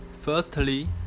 Firstly